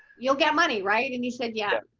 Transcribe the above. you'll get money. right. and he said, yeah,